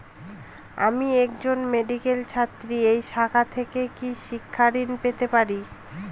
আমি একজন মেডিক্যাল ছাত্রী এই শাখা থেকে কি শিক্ষাঋণ পেতে পারি?